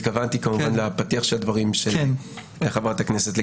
התכוונתי כמובן לפתיח של הדברים של חברת הכנסת.